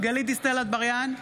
גלית דיסטל אטבריאן,